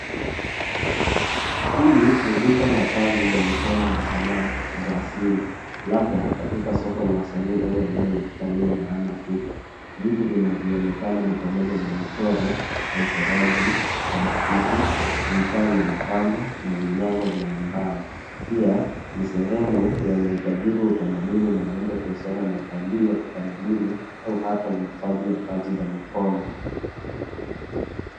Hili ni duka la kazi za mikono na sanaa za asili labda katika soko la wasanii au eneo la kitalii barani Afrika. Vitu vinavyoonekana ni pamoja na michoro na uchoraji wa batiki, vifaa vya mapambo na vinyago vya mbao. Pia ni sehemu yenye utajiri wa utamaduni na huenda ikahusiana na utalii wa kitamaduni au hata uhifadhi wa kazi za mikono.